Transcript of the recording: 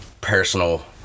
personal